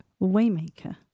Waymaker